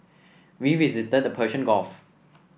we visited the Persian Gulf